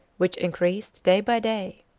which increased day by day.